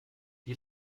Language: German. wie